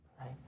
right